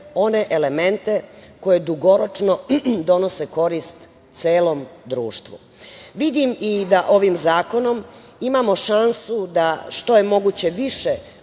one elemente koje dugoročno donose korist celom društvu. Vidim i da ovim zakonom imamo šansu da što je moguće više